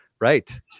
Right